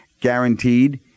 guaranteed